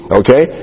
okay